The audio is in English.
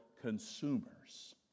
consumers